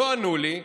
לא ענו לי,